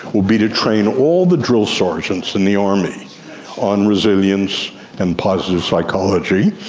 will be to train all the drill sergeants in the army on resilience and positive psychology,